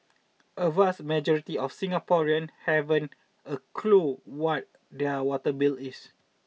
a vast majority of Singaporean haven't a clue what their water bill is